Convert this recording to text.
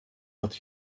what